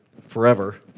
forever